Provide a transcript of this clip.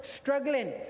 struggling